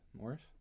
Morris